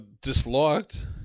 disliked